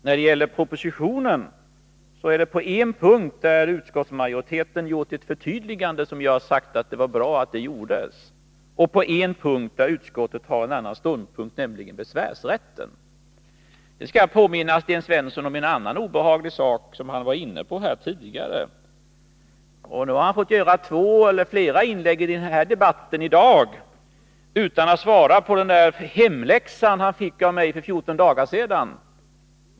När det gäller propositionen har utskottsmajoriteten på en punkt gjort ett förtydligande, och jag har sagt att det är bra att det gjorts. På en punkt har utskottet en annan ståndpunkt, nämligen när det gäller besvärsrätten. Nu skall jag påminna Sten Svensson om en annan obehaglig sak som han varit inne på tidigare. Han har gjort två eller flera inlägg i den här debatten i dag utan att svara på den hemläxa han fick av mig för fjorton dagar sedan.